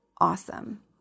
awesome